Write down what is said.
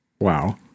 Wow